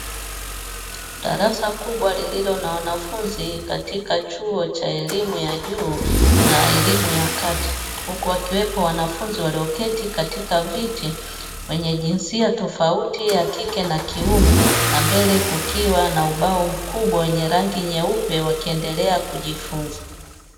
Darasa kubwa lililo na wanafunzi katika chuo cha elimu ya juu na elimu ya kati. Huku wakiwepo wanafunzi walioketi katika viti, wenye jinsia tofauti ya kike na kiume. Na mbele kukiwa na ubao mkubwa wenye rangi nyeupe wakiendelea kujifunza.